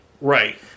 right